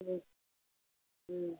जी